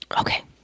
okay